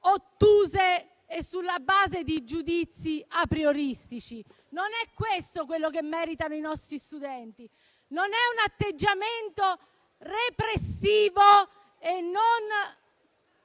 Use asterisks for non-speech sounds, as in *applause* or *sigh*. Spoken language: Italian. ottuse e sulla base di giudizi aprioristici. *applause* Non è questo quello che meritano i nostri studenti, non un atteggiamento repressivo e non